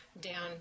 down